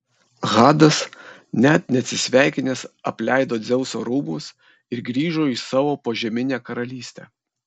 hadas net neatsisveikinęs apleido dzeuso rūmus ir grįžo į savo požeminę karalystę